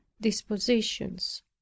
dispositions